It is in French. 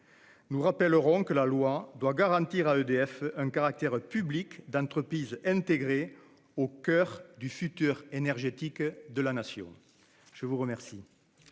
nous rappellerons que la loi doit garantir à EDF un caractère public d'entreprise intégrée, au coeur du futur énergétique de la Nation. La parole